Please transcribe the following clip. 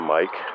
Mike